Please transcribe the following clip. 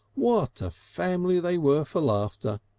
what a family they were for laughter!